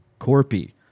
Corpy